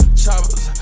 choppers